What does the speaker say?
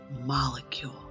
molecule